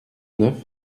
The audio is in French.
neuf